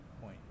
point